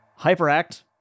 Hyperact